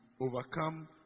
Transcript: overcome